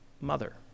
mother